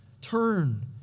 turn